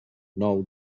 nou